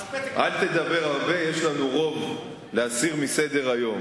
"אל תדבר הרבה, יש לנו רוב להסיר מסדר-היום".